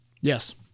Yes